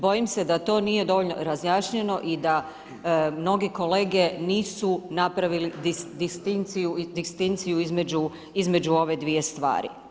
Bojim se da to nije dovoljno razjašnjeno i da mnogi kolege nisu napravili distinkciju između ove dvije stvari.